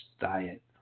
diet